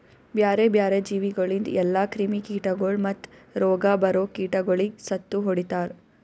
ಬ್ಯಾರೆ ಬ್ಯಾರೆ ಜೀವಿಗೊಳಿಂದ್ ಎಲ್ಲಾ ಕ್ರಿಮಿ ಕೀಟಗೊಳ್ ಮತ್ತ್ ರೋಗ ಬರೋ ಕೀಟಗೊಳಿಗ್ ಸತ್ತು ಹೊಡಿತಾರ್